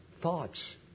thoughts